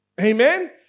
Amen